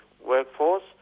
workforce